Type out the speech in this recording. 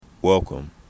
Welcome